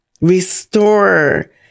Restore